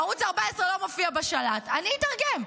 ערוץ 14 לא מופיע בשלט, אני אתרגם.